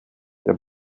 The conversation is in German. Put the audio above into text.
der